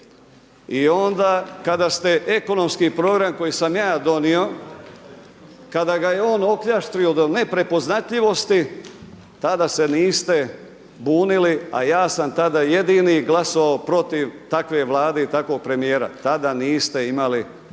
i onda kada ste ekonomski program koji sam ja donio, kada ga je on okljaštrio do neprepoznatljivosti tada se niste bunili, a ja sam tada jedini glasovao protiv takve Vlade i takvog premijera. Tada niste imali